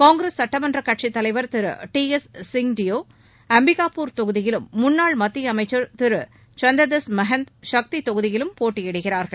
காங்கிரஸ் சுட்டமன்றக் கட்சித் தலைவர் திரு டி எஸ் சிங் டியோ அம்பிகாபூர் தொகுதியிலும் முன்னாள் மத்திய அமைச்சர் திரு சரன்தாஸ் மகந்த் சக்தி தொகுதியிலும் போட்டியிடுகிறார்கள்